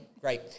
Great